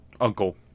Uncle